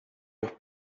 los